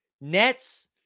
Nets